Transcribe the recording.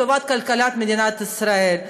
ולטובת כלכלת מדינת ישראל.